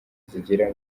zigira